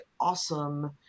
awesome